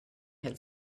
had